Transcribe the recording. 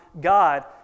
God